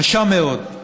קשה מאוד.